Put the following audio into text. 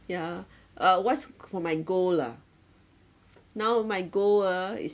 yeah uh what's for my goal ah now my goal ah is